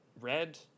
red